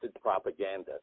propaganda